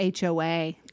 HOA